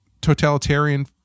totalitarian